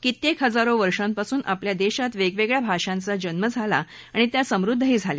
कित्येक हजारो वर्षापासून आपल्या देशात वेगवेगळ्या भाषांचा जन्म झाला आणि त्या समृद्धही झाल्या